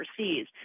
overseas